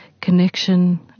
connection